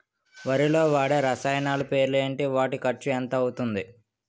వరిలో వాడే రసాయనాలు పేర్లు ఏంటి? వాటి ఖర్చు ఎంత అవతుంది?